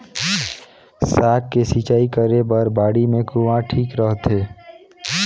साग के सिंचाई करे बर बाड़ी मे कुआँ ठीक रहथे?